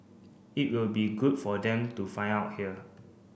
it will be good for them to find out here